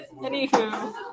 Anywho